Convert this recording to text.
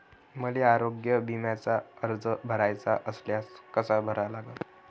मले आरोग्य बिम्याचा अर्ज भराचा असल्यास कसा भरा लागन?